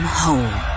home